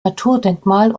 naturdenkmal